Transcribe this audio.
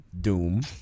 Doom